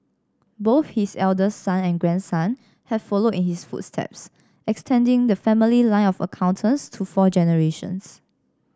both his eldest son and grandson have followed in his footsteps extending the family line of accountants to four generations